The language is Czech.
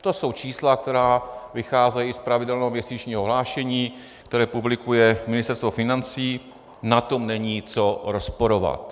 To jsou čísla, která vycházejí z pravidelného měsíčního hlášení, které publikuje Ministerstvo financí, na tom není co rozporovat.